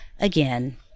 again